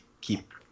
keep